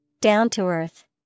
Down-to-Earth